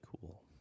cool